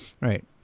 Right